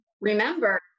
remember